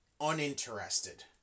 uninterested